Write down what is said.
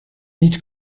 niet